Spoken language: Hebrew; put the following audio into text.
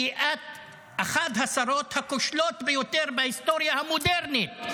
כי את אחת השרות הכושלות ביותר בהיסטוריה המודרנית.